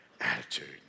attitude